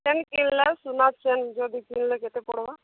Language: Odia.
ଚେନ୍ କିଣିଲ ସୁନା ଚେନ୍ ଯଦି କିଣିଲେ କେତେ ପଡ଼ବା